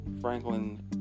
Franklin